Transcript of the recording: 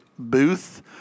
booth